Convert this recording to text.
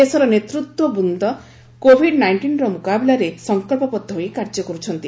ଦେଶର ନେତୃତ୍ୱବୃନ୍ଦ କୋଭିଡ୍ ନାଇଷ୍ଟିନ୍ର ମୁକାବିଲାରେ ସଂକଳ୍ପବଦ୍ଧ ହୋଇ କାର୍ଯ୍ୟ କର୍ରଛନ୍ତି